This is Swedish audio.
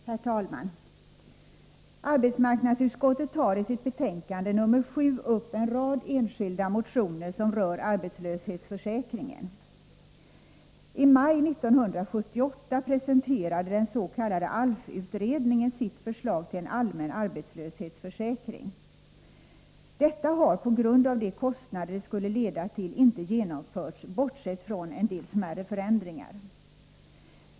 Herr talman! Arbetsmarknadsutskottet tar i sitt betänkande nr 7 upp en rad enskilda motioner som rör arbetslöshetsförsäkringen. I maj 1978 presenterade den s.k. ALF-utredningen sitt förslag till en allmän arbetslöshetsförsäkring. Detta har på grund av de kostnader det skulle leda till inte genomförts, bortsett från en del smärre förändringar.